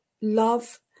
love